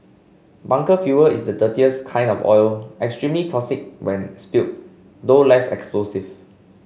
bunker fuel is the dirtiest kind of oil extremely toxic when spilled though less explosive